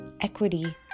equity